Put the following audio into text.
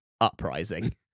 uprising